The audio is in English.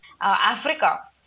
Africa